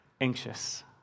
Anxious